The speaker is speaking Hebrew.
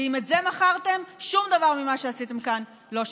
ואם את זה מכרתם, שום דבר ממה שעשיתם כאן לא שווה.